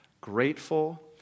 grateful